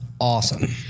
awesome